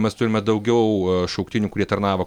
mes turime daugiau šauktinių kurie tarnavo